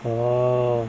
orh